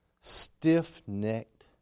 stiff-necked